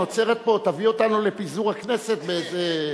האווירה שנוצרת פה עוד תביא אותנו לפיזור הכנסת באיזה,